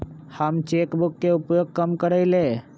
हम cheque book के उपयोग कम करइले